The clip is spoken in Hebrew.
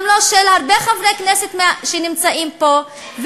גם לא של הרבה חברי כנסת שנמצאים פה,